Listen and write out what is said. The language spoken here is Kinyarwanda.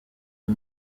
uyu